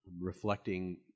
reflecting